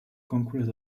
conquers